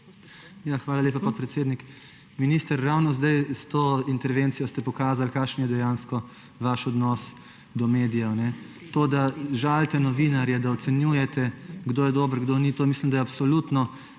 Hvala lepa, podpredsednik. Minister, ravno s to intervencijo ste pokazali, kakšen je dejansko vaš odnos do medijev. To, da žalite novinarje, da ocenjujete, kdo je dober in kdo ni, mislim, da je to absolutno